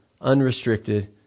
unrestricted